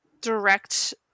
direct